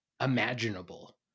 imaginable